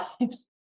lives